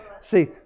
See